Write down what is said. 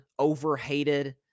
overhated